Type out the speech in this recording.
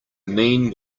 mean